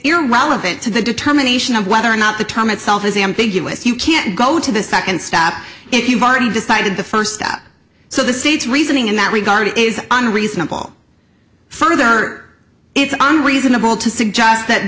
irrelevant to the determination of whether or not the term itself is ambiguous you can't go to the second stop if you've already decided the first step so the state's reasoning in that regard it is unreasonable for there it's unreasonable to suggest that